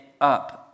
up